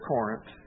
Corinth